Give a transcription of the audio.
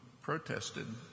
Protested